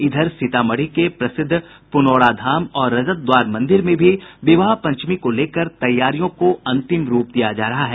इधर सीतामढ़ी के प्रसिद्ध पूनौराधाम और रजत द्वार मंदिर में भी विवाह पंचमी को लेकर तैयारियों को अंतिम रूप दिया जा रहा है